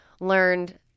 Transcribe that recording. learned